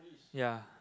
ya